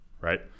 Right